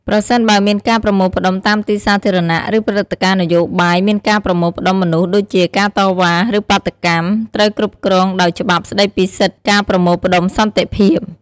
ប្រសិនបើមានការប្រមូលផ្តុំតាមទីសាធារណៈ ឬព្រឹត្តិការណ៍នយោបាយមានការប្រមូលផ្តុំមនុស្ស ដូចជា ការតវ៉ា ឬបាតុកម្ម ត្រូវគ្រប់គ្រងដោយច្បាប់ស្ដីពីសិទ្ធិការប្រមូលផ្តុំសន្តិភាព។